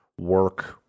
work